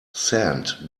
sand